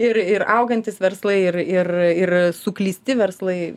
ir ir augantys verslai ir ir ir suklysti verslai